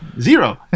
zero